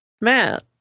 Matt